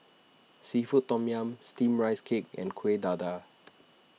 Seafood Tom Yum Steamed Rice Cake and Kuih Dadar